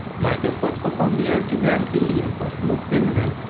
michael first performed the anti-gravity lean for smooth criminal,